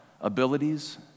abilities